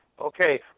Okay